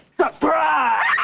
surprise